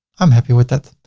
i'm happy with that.